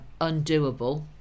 undoable